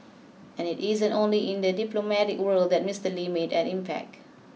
and it isn't only in the diplomatic world that Mister Lee made an impact